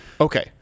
okay